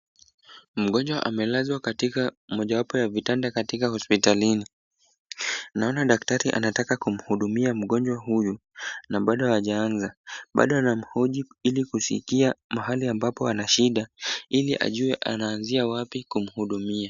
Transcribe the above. Mgonjwa amelazwa katika mojawapo ya vitanda katika hospitalini. Naona daktari anataka kumhudumia mgonjwa huyu na bado hajaanza. Bado anamhoji ili kufikia mahali ambapo ana shida ili ajue wanaanzia wapi kumhudumia.